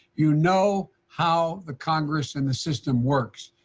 you know how the congress and the system works,